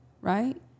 right